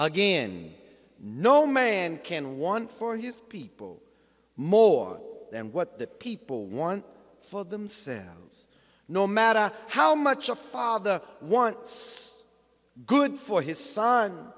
again no man can want for his people more than what the people want for themselves no matter how much a father wants good for his son